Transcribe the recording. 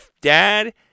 dad